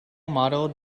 model